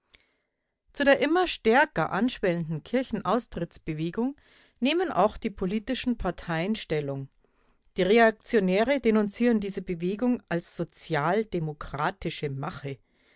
zu der immer stärker anschwellenden kirchenaustrittsbewegung nehmen auch die politischen parteien stellung die reaktionäre denunzieren diese bewegung als sozialdemokratische mache